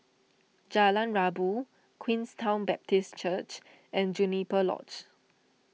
Jalan Rabu Queenstown Baptist Church and Juniper Lodge